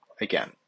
again